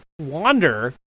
wander